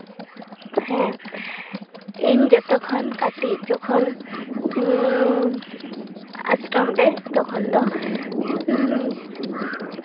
ᱦᱮᱸ ᱤᱧ ᱡᱚᱛᱚ ᱠᱷᱚᱱ ᱠᱟᱹᱴᱤᱡ ᱡᱚᱠᱷᱚᱱ ᱟᱥᱨᱚᱢ ᱨᱮ ᱛᱚᱠᱷᱚᱱ ᱫᱚ